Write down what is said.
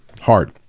hard